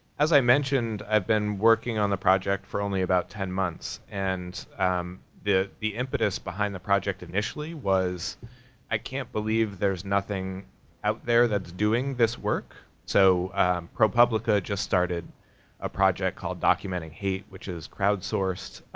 as i mentioned, i've been working on the project for only about ten months. and um the the impetus behind the project initially was i can't believe there's nothing out there that's doing this work. so propublica just started a project called documenting hate which is crowd-sourced